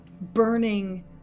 burning